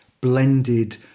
blended